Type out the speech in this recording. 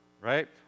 right